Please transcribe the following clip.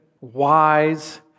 wise